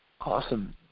awesome